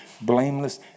blameless